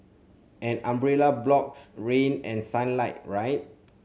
an umbrella blocks rain and sunlight right